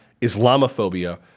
Islamophobia